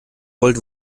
wollt